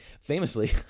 famously